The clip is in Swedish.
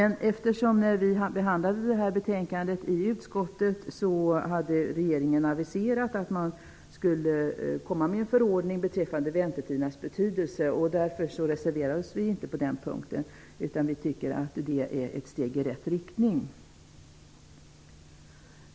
När vi behandlade de här frågorna i utskottet, hade regeringen aviserat att den skulle komma med en förordning beträffande väntetidernas betydelse, och därför reserverade vi oss inte på den punkten, utan vi tycker att det är ett steg i rätt riktning.